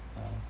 (uh huh)